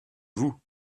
vous